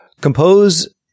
Compose